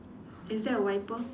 is there a wiper